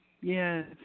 Yes